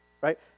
right